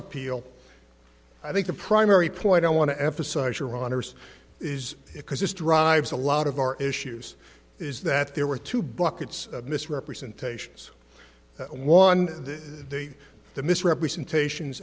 appeal i think the primary point i want to emphasize your honour's is it because this drives a lot of our issues is that there were two buckets of misrepresentations one they the misrepresentation